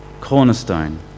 cornerstone